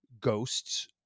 ghosts